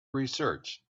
research